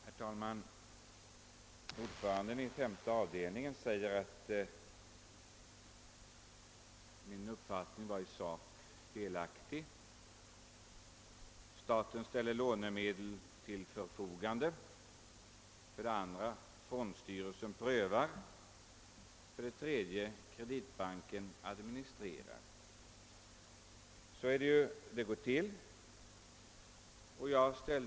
Herr talman! Ordföranden i femte av «delningen sade att min uppfattning i sak är felaktig. För det första ställer staten lånemedel till förfogande, för det andra prövar fondstyrelsen och för det tredje administrerar Sveriges kreditbank. Så går det ju till.